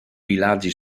villaggi